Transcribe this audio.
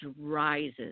rises